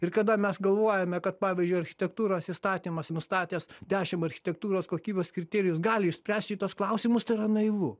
ir kada mes galvojame kad pavyzdžiui architektūros įstatymas nustatęs dešim architektūros kokybės kriterijų jis gali išspręst šituos klausimus tai yra naivu